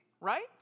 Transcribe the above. Right